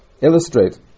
illustrate